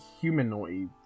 humanoids